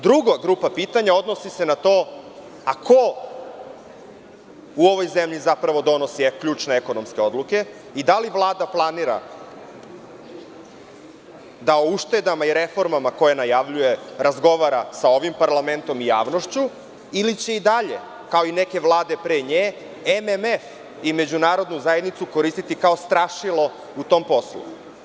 Druga grupa pitanja odnosi se na to, ako u ovoj zemlji donosi zapravo ključne ekonomske odluke i da li Vlada planira da uštedama i reformama koje najavljuje razgovara sa ovim parlamentom i javnošću ili će i dalje, kao i neke vlade pre nje, MMF i Međunarodnu zajednicu koristiti kao strašilo u tom poslu?